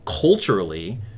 Culturally